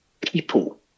people